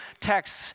texts